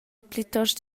plitost